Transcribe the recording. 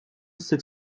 sık